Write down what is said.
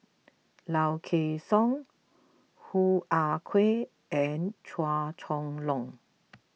Low Kway Song Hoo Ah Kay and Chua Chong Long